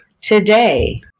today